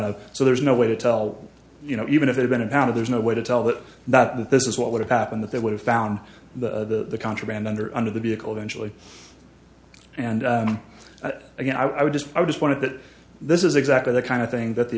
a so there's no way to tell you know even if they've been impounded there's no way to tell that that that this is what would have happened that they would have found the contraband under under the vehicle eventually and again i would just i just want to that this is exactly the kind of thing that the